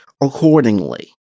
accordingly